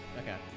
okay